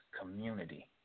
community